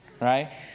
right